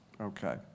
Okay